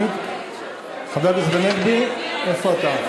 חבר הכנסת הנגבי, איפה אתה?